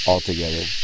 Altogether